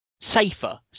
safer